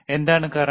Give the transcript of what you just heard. എന്താണ് കറന്റ്